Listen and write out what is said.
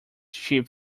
ship